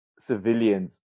civilians